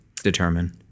determine